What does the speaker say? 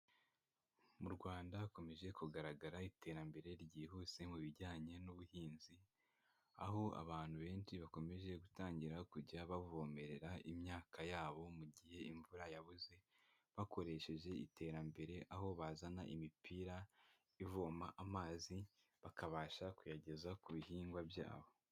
Mu Rwanda hakomeje kugaragara iterambere ryihuse mu bijyanye n'ubuhinzi, aho abantu benshi bakomeje gutangira kujya bavomerera imyaka yabo mu gihe imvura yabuze bakoresheje iterambere, aho bazana imipira ivoma amazi bakabasha kuyageza ku bihingwa byabo.